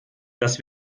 dass